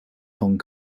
hong